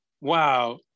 wow